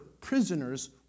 prisoners